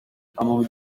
amabuye